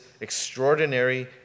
extraordinary